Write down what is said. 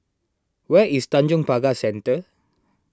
where is Tanjong Pagar Centre